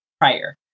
prior